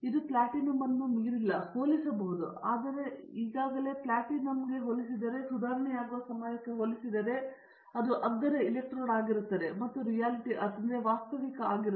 ಇದು ಪ್ಲ್ಯಾಟಿನಮ್ ಅನ್ನು ಮೀರಿಲ್ಲ ಹೋಲಿಸಬಹುದು ಆದರೆ ಇದು ಈಗಾಗಲೇ ಪ್ಲಾಟಿನಮ್ಗೆ ಹೋಲಿಸಿದರೆ ಅದು ಸುಧಾರಣೆಯಾಗುವ ಸಮಯಕ್ಕೆ ಹೋಲಿಸಿದರೆ ಅದು ಅಗ್ಗದ ಎಲೆಕ್ಟ್ರೋಡ್ ಆಗಿರುತ್ತದೆ ಮತ್ತು ಅದು ರಿಯಾಲಿಟಿ ಆಗುತ್ತದೆ